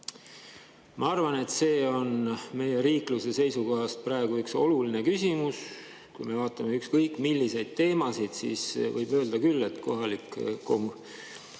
Ma arvan, et see on meie riikluse seisukohast praegu üks oluline küsimus. Kui me vaatame ükskõik milliseid teemasid, siis võib küll öelda, et kohalik